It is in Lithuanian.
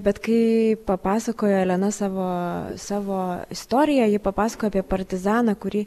bet kai papasakojo elena savo savo istoriją ji papasakojo apie partizaną kurį